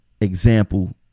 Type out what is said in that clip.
example